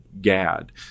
Gad